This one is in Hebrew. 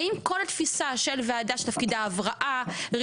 האם כל תפיסה של ועדה שתפקידה הבראה,